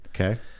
Okay